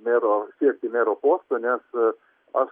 mero siekti mero posto nes aš